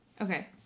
Okay